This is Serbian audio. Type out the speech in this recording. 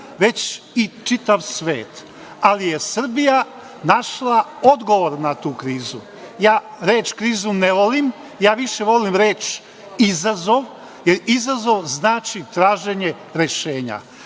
već i čitav svet, ali je Srbija našla odgovor na tu krizu. Ja reč „krizu“ ne volim. Više volim reč „izazov“, jer izazov znači traženje rešenja. Da